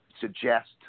suggest